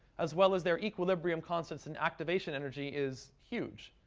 as well as their equilibrium constants and activation energy, is huge.